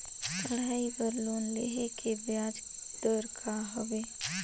पढ़ाई बर लोन लेहे के ब्याज दर का हवे?